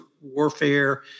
warfare